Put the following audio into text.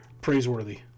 praiseworthy